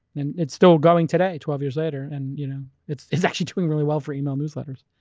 and it's still going today, twelve years later. and you know it's it's actually doing really well for email newsletters.